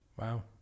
Wow